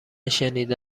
شنیده